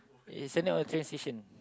eh it's near all the train station